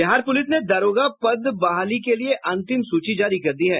Bihar police ने दारोगा पद पर बहाली के लिये अंतिम सूची जारी कर दी है